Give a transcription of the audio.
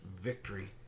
victory